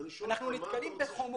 אנחנו נתקלים בחומות.